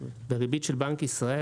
בריבית של בנק ישראל,